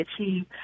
achieve